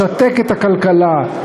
משתק את הכלכלה,